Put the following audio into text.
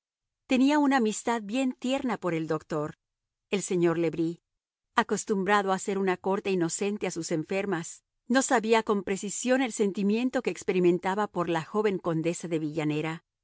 tenía una amistad bien tierna por el doctor el señor le bris acostumbrado a hacer una corte inocente a sus enfermas no sabía con precisión el sentimiento que experimentaba por la joven condesa de villanera